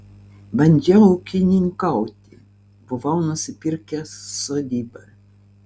bandžiau ūkininkauti buvau nusipirkęs sodybą